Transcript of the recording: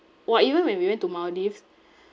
!wah! even when we went to maldives